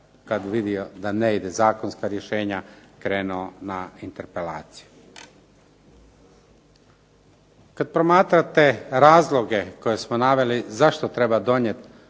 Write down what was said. je vidio da ne idu zakonska rješenja krenuo na interpelaciju. Kada promatrate razloge koje smo naveli zašto treba donijeti